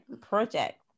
project